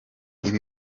ibi